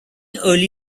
early